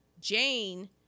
jane